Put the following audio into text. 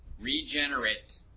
regenerate